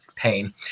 pain